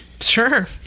Sure